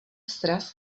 sraz